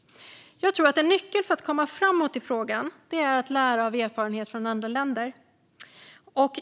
En nyckel för att komma framåt i frågan är att lära av erfarenheter från andra länder.